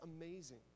amazing